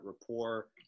rapport